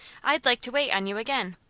i'd like to wait on you again.